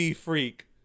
freak